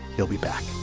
he'll be back